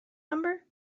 number